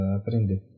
aprender